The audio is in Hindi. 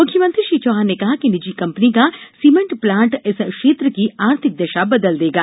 मुख्यमंत्री श्री चौहान ने कहा कि निजी कंपनी का सीमेण्ट प्लांट इस क्षेत्र की आर्थिक दशा बदल देगा